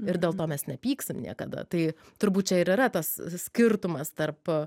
ir dėl to mes nepyksim niekada tai turbūt čia ir yra tas skirtumas tarp